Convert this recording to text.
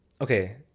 Okay